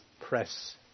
press